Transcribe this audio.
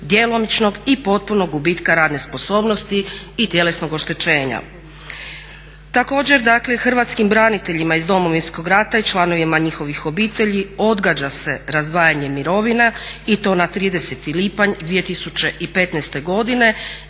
djelomičnog i potpunog gubitka radne sposobnosti i tjelesnog oštećenja. Također dakle Hrvatskim braniteljima iz Domovinskoga rata i članovima njihovih obitelji odgađa se razdvajanje mirovina i to na 30. lipanj 2015. godine